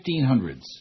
1500s